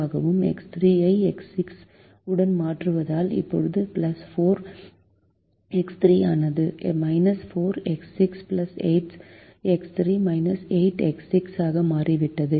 ஆகவும் எக்ஸ் 3 ஐ எக்ஸ் 6 உடன் மாற்றுவதால் இப்போது 4 எக்ஸ் 3 ஆனது 4X6 8X3 8X6 ஆக மாறிவிட்டது